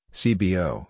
cbo